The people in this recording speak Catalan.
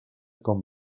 com